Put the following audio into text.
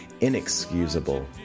inexcusable